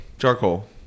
Charcoal